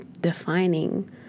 Defining